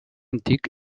antic